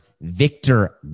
Victor